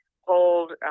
hold